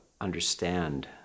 understand